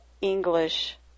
English